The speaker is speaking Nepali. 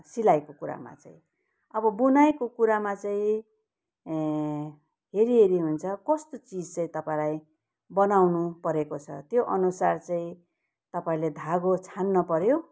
सिलाइको कुरामा चाहिँ अब बुनाइको कुरामा चाहिँ हेरी हेरी हुन्छ कस्तो चिज चाहिँ तपाईँलाई बनाउनु परेको छ त्यो अनुसार चाहिँ तपाईँले धागो छान्न पऱ्यो